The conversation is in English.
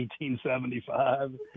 1875